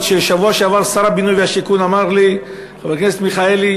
שבשבוע שעבר שר הבינוי והשיכון אמר לי: חבר הכנסת מיכאלי,